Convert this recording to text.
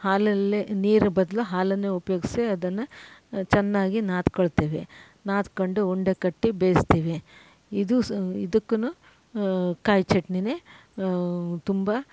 ಹಾಲಲ್ಲೇ ನೀರು ಬದಲು ಹಾಲನ್ನೆ ಉಪಯೋಗ್ಸಿ ಅದನ್ನು ಚೆನ್ನಾಗಿ ನಾದಿಕೊಳ್ತೇವೆ ನಾದ್ಕೊಂಡು ಉಂಡೆ ಕಟ್ಟಿ ಬೇಯಿಸ್ತೀವಿ ಇದು ಸೊ ಇದಕ್ಕುನೂ ಕಾಯಿ ಚಟ್ನಿನೇ ತುಂಬ